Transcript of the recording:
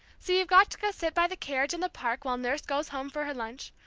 so you've got to go sit by the carriage in the park while nurse goes home for her lunch.